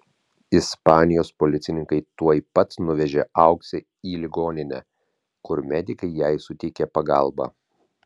ispanijos policininkai tuoj pat nuvežė auksę į ligoninę kur medikai jai suteikė pagalbą